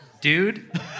Dude